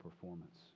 performance